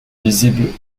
visibles